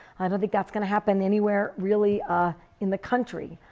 i don't think that is going to happen anywhere really ah in the country.